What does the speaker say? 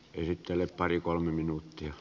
esittele pari kolme minuuttia